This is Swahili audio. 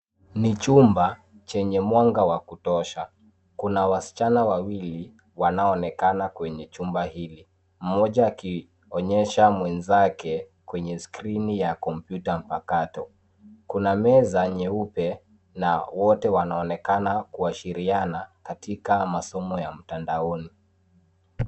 Ni chumba chenye mwanga wa kutosha . Kuna wasichana wawili wanaonekana kwenye chumba hio mmoja akionyesha mwenzake kwenye skrini ya kompyuta mpakato. Kuna meza nyeupe na wote wanaonekana kuashiriana katika masomo ya mtandaoni.